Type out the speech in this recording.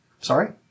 Sorry